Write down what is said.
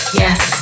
yes